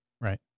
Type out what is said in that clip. Right